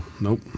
nope